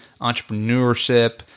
entrepreneurship